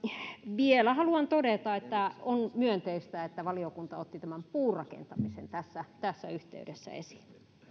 vielä haluan todeta että on myönteistä että valiokunta otti puurakentamisen tässä tässä yhteydessä esiin